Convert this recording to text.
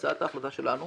הצעת ההחלטה שלנו